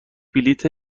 بلیت